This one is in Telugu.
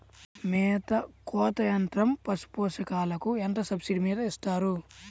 మేత కోత యంత్రం పశుపోషకాలకు ఎంత సబ్సిడీ మీద ఇస్తారు?